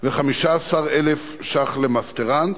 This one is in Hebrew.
ו-15,000 ש"ח למסטרנט.